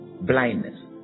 Blindness